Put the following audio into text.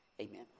Amen